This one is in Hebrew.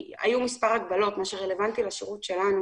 היו מספר הגבלות ומה שרלוונטי לשירות שלנו